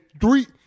three